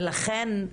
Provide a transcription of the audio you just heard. ולכן,